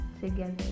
together